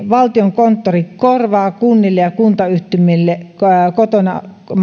valtiokonttori korvaa kunnille ja kuntayhtymille kotona